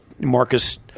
Marcus